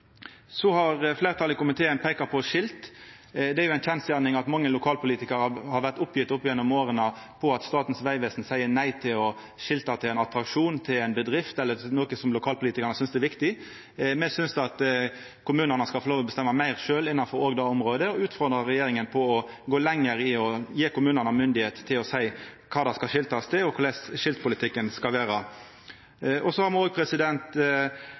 Så har fleirtalet i komiteen peika på skilt. Det er jo ei kjensgjerning at mange lokalpolitikarar har vore oppgitt opp gjennom åra fordi Statens vegvesen seier nei til å skilta til ein attraksjon, til ei bedrift eller til noko som lokalpolitikarane synest er viktig. Me synest at kommunane skal få lov til å bestemma meir sjølve innanfor det området òg, og utfordrar regjeringa på å gå lenger i å gje kommunane myndigheit til å seia kva det skal skiltast til, og korleis skiltpolitikken skal vera. Så har me